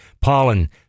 Pollen